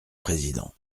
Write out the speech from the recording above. président